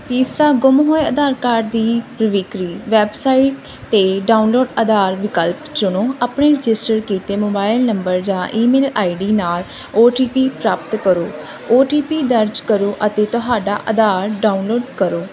ਤੀਸਰਾ ਗੁੰਮ ਹੋਏ ਆਧਾਰ ਕਾਰਡ ਦੀ ਰੀਕਵਰੀ ਵੈਬਸਾਈਟ 'ਤੇ ਡਾਊਨਲੋਡ ਆਧਾਰ ਵਿਕਲਪ ਚੁਣੋ ਆਪਣੇ ਰਜਿਸਟਰ ਕੀਤੇ ਮੋਬਾਇਲ ਨੰਬਰ ਜਾਂ ਈਮੇਲ ਆਈਡੀ ਨਾਲ ਓਟੀਪੀ ਪ੍ਰਾਪਤ ਕਰੋ ਓਟੀਪੀ ਦਰਜ ਕਰੋ ਅਤੇ ਤੁਹਾਡਾ ਆਧਾਰ ਡਾਊਨਲੋਡ ਕਰੋ